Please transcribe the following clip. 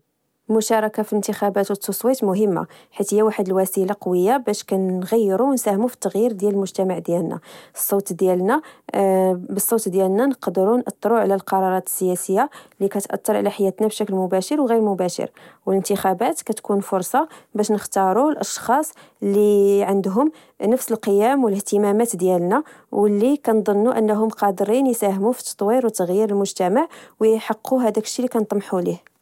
المشاركة في انتخابات والتصويت مهمة، حيث هي واحد الوسيلة قوية باش كنغيرو و نساهمو في التغيير ديال المجتمع ديالنا، الصوت ديالنا، آه بالصوت ديالنا نقدرو نأثرو على القرارات السياسية لي كتأثر على حياتنا بشكل مباشر و غير مباشر، و الانتخابات كتكون فرصة بش نختاروا الأشخاص إللي عندهم نفس القيم والاهتمامات ديالنا، وإللي كنظنوا أنهم قادرين يساهموا في تطوير وتغيير المجتمع.ويحقوا هذاك الشي إللي كان طمحوا ليه